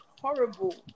horrible